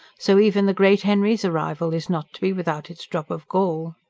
so even the great henry's arrival is not to be without its drop of gall.